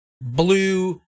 blue